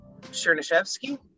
Chernyshevsky